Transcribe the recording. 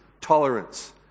tolerance